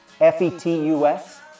F-E-T-U-S